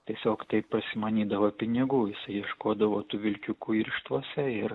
tiesiog taip prasimanydavo pinigų jis ieškodavo tų vilkiukų irštvose ir